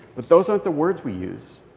but those aren't the words we use.